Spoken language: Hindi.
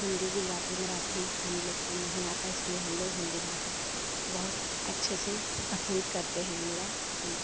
हिंदी गुजराती मराठी हम लोग को नहीं आता इसलिए हम लोग हिंदी भाषा बहुत अच्छे से पसंद करते हैं मेरा तुम